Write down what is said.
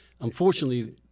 Unfortunately